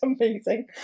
amazing